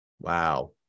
Wow